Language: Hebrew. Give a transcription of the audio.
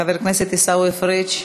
חבר הכנסת עיסאווי פריג'